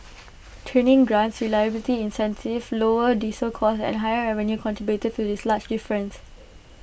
training grants reliability incentives lower diesel costs and higher revenue contributed to this large difference